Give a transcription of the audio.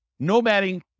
nomading